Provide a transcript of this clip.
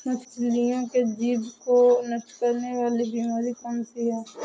मछलियों के जीभ को नष्ट करने वाली बीमारी कौन सी है?